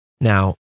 Now